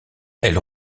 elle